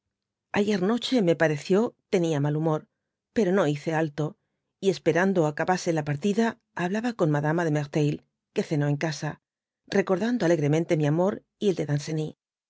ayer noche me pareció mal humor pero bo hice alto y esperando acabase la partida hablaba con madama de merteuil que cenó en casa recordando alegremente mi amor y el de